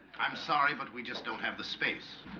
i'm sorry, but we just don't have the space.